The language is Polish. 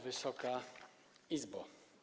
Wysoka Izbo!